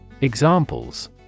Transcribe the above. Examples